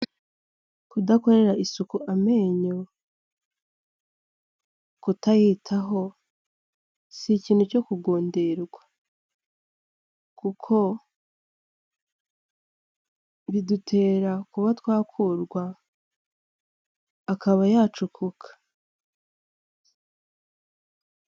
Kudakorera isuku amenyo, kutayitaho, si ikintu cyo kugundirwa. Kuko bidutera kuba twakurwa, akaba yacukuka.